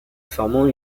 formant